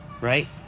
right